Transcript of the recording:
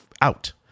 out